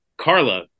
Carla